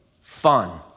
fun